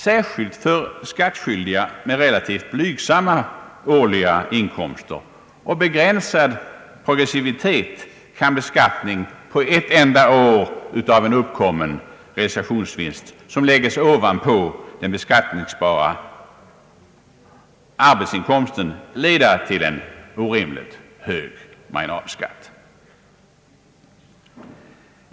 Särskilt för skattskyldiga med relativt blygsamma årliga inkomster och begränsad progressivitet kan beskattning på ett enda år av en uppkommen realisationsvinst, som läggs ovanpå den beskattningsbara arbetsinkomsten, leda till en orimligt hög marginalskatt.